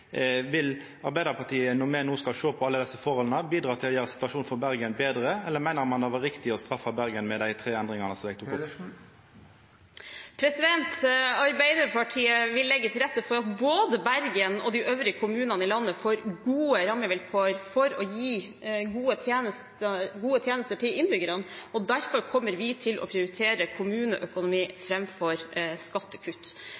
vil Arbeidarpartiet bidra til å gjera situasjonen for Bergen betre, eller meiner ein at det var riktig å straffa Bergen med dei tre endringane som eg tok opp? Arbeiderpartiet vil legge til rette for at både Bergen og de øvrige kommunene i landet får gode rammevilkår for å gi gode tjenester til innbyggerne, og derfor kommer vi til å prioritere